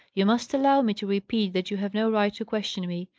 you must allow me to repeat that you have no right to question me,